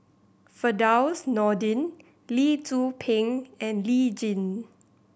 Firdaus Nordin Lee Tzu Pheng and Lee Tjin